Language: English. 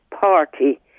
Party